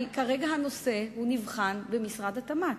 אבל כרגע הנושא נבחן במשרד התמ"ת.